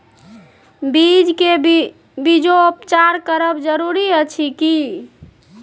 बीज के बीजोपचार करब जरूरी अछि की?